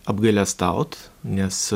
apgailestaut nes